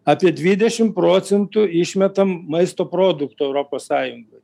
apie dvidešim procentų išmetam maisto produktų europos sąjungoj